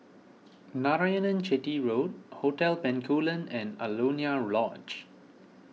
Narayanan Chetty Road Hotel Bencoolen and Alaunia Lodge